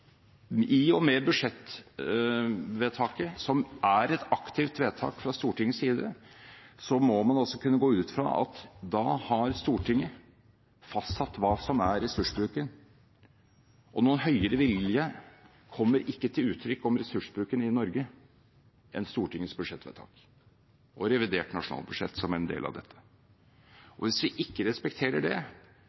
og med budsjettvedtaket, som er et aktivt vedtak fra Stortingets side, må man altså kunne gå ut fra at da har Stortinget fastsatt hva som er ressursbruken, og noen høyere vilje kommer ikke til uttrykk om ressursbruken i Norge enn i Stortingets budsjettvedtak – og i revidert nasjonalbudsjett, som en del av dette. For man kan jo se på hva som er alternativet: Jo, det